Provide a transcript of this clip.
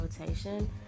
rotation